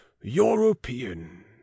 European